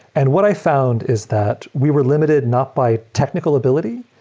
and what i found is that we were limited not by technical ability,